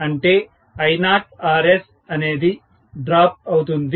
అంటే I0Rs అనేది drop అవుతుంది